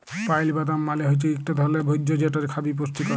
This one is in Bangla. পাইল বাদাম মালে হৈচ্যে ইকট ধরলের ভোজ্য যেটা খবি পুষ্টিকর